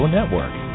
Network